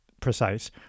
precise